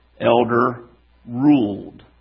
elder-ruled